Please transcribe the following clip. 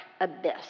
abyss